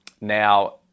Now